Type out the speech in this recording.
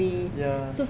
ya